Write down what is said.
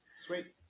sweet